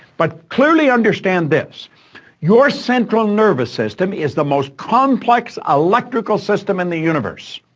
but clearly understand this your central nervous system is the most complex electrical system in the universe.